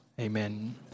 Amen